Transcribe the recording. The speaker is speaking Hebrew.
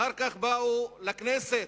אחר כך באו לכנסת,